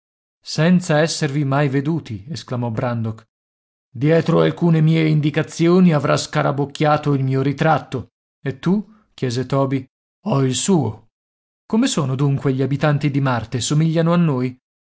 senza esservi mai veduti esclamò brandok dietro alcune mie indicazioni avrà scarabocchiato il mio ritratto e tu chiese toby ho il suo come sono dunque gli abitanti di marte somigliano a noi